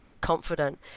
confident